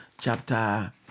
chapter